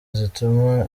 zituma